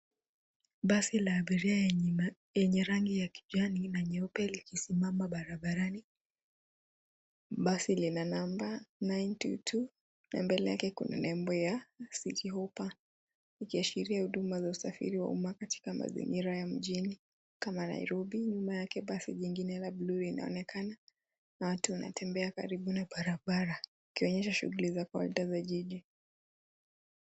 Basi la abiria la rangi ya kijani na njano lipo barabarani. Kishuuli nyuma kuna majengo ya kisasa ya mji kama vile jengo la mjini. Kama Nairobi, mlimani ya kioo yanang'aa buluu inaonekana. Watu wanatembea karibu na barabara wakifanya shughuli za kila siku.